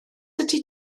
ydy